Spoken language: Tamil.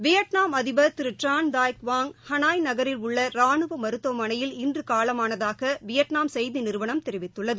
வியட்நாம் அதிபர் திரு ட்ரான் டேய் குவாங் ஹனாய் நகரில் உள்ள ராணுவ மருத்துவமனையில் இன்று காலமானதாக வியட்நாம் செய்தி நிறுவனம் தெரிவித்துள்ளது